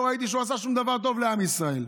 לא ראיתי שהוא עשה שום דבר טוב לעם ישראל.